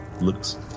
Looks